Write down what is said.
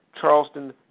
Charleston